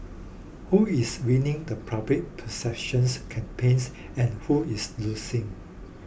who is winning the public perceptions campaigns and who is losing